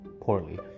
poorly